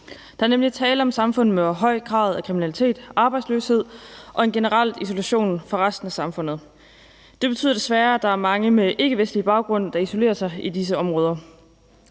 Der er nemlig tale om samfund med en høj grad af kriminalitet, arbejdsløshed og en generel isolation fra resten af samfundet. Det betyder desværre, at der er mange med ikkevestlig baggrund, der isolerer sig i disse områder.